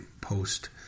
post